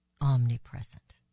omnipresent